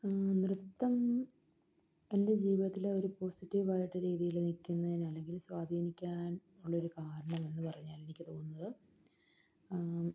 നൃത്തം എൻ്റെ ജീവിതത്തിൽ ഒരു പോസിറ്റീവായിട്ട് രീതിയിൽ നിൽക്കുന്നതിന് അല്ലെങ്കിൽ സ്വാധീനിക്കാൻ ഉള്ളൊരു കാരണം എന്ന് പറഞ്ഞു കഴിഞ്ഞാൽ എനിക്ക് തോന്നുന്നത്